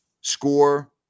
score